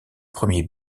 premiers